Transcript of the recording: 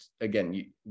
again